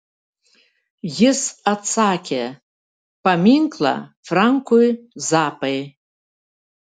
jis atsakė paminklą frankui zappai